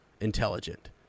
intelligent